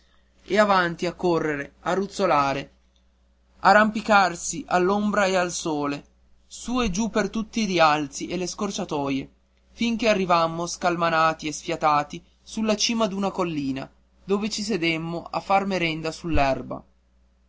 e avanti a correre a ruzzolare a rampicarsi all'ombra e al sole su e giù per tutti i rialti e le scorciatoie fin che arrivammo scalmanati e sfiatati sulla cima d'una collina dove ci sedemmo a far merenda